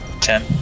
Ten